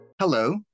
Hello